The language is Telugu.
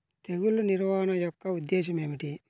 తెగులు నిర్వహణ యొక్క ఉద్దేశం ఏమిటి?